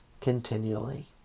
continually